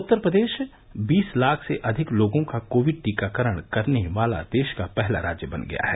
उत्तर प्रदेश बीस लाख से अधिक लोगों का कोविड टीकाकरण करने वाला देश का पहला राज्य बन गया है